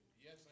Yes